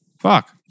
Fuck